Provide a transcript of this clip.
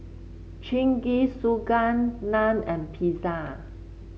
Jingisukan Naan and Pizza